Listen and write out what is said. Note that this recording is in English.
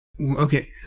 okay